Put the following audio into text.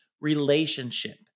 relationship